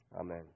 Amen